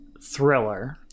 thriller